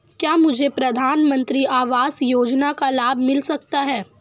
क्या मुझे प्रधानमंत्री आवास योजना का लाभ मिल सकता है?